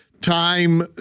time